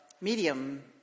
medium